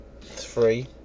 three